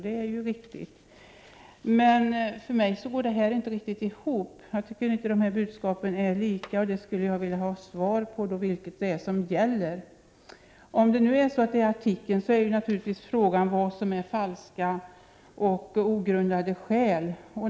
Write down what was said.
Det är ju riktigt. 2 För mig går det som invandrarministern säger inte ihop. Jag tycker inte att dessa budskap är lika. Jag skulle därför vilja ha svar på vad som egentligen Prot. 1988/89:31 gäller. Om det är så som statsrådet skrivit i artikeln är frågan naturligtvis vad 24november 1988 som är falska och ogrundade skäl.